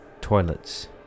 toilets